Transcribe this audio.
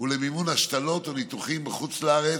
ולמימון השתלות וניתוחים בחוץ לארץ,